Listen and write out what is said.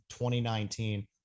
2019